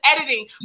editing